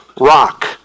Rock